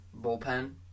bullpen